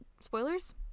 spoilers